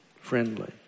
friendly